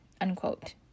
unquote